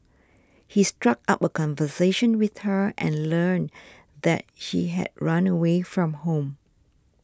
he struck up a conversation with her and learned that he had run away from home